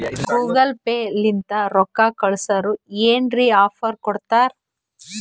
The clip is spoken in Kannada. ಗೂಗಲ್ ಪೇ ಲಿಂತ ರೊಕ್ಕಾ ಕಳ್ಸುರ್ ಏನ್ರೆ ಆಫರ್ ಕೊಡ್ತಾರ್